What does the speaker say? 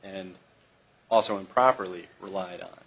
and also improperly relied on